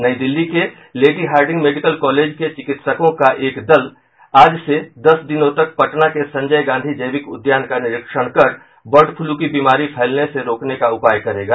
नई दिल्ली के Lady Hardinge Medical College के चिकित्सकों का एक दल आज से दस दिनों तक पटना के संजय गांधी जैविक उद्यान का निरीक्षण कर बर्ड फ्लू की बीमारी फैलने से रोकने का उपाय करेगा